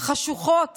חשוכות